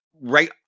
right